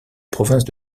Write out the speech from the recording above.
province